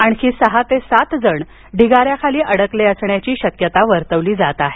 आणखी सहा ते सात जण ढिगाऱ्याखाली अडकले असण्याची शक्यता वर्तविली जात आहे